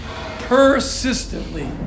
persistently